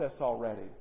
already